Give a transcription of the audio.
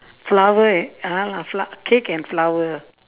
flower a~ ah ya lah flo~ cake and flower